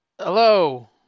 Hello